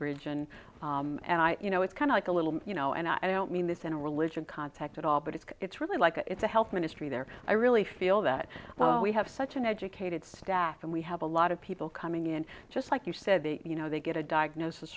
bridge and and i you know it's kind of like a little you know and i don't mean this in a religion context at all but it's it's really like a it's a health ministry there i really feel that well we have such an educated staff and we have a lot of people coming in just like you said that you know they get a diagnosis